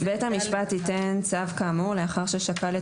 בית המשפט ייתן צו כאמור לאחר ששקל את